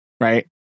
Right